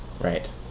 Right